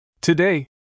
Today